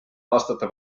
aastate